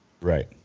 Right